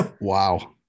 Wow